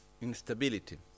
instability